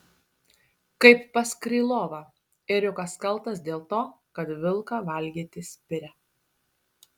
kaip pas krylovą ėriukas kaltas dėl to kad vilką valgyti spiria